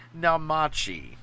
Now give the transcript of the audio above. Namachi.「